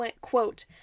quote